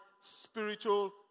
spiritual